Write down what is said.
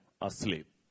asleep